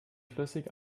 flüssig